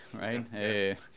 right